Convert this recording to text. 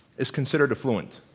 is considered affluent.